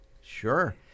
Sure